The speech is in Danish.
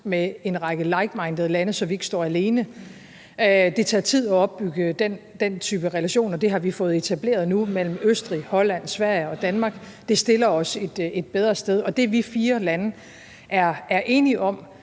med en række ligesindede lande, så vi ikke står alene. Det tager tid at opbygge den type relation, og det har vi nu fået etableret mellem Østrig, Holland, Sverige og Danmark. Det stiller os et bedre sted. Det, vi fire lande er enige om,